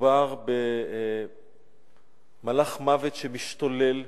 מדובר במלאך מוות שמשתולל,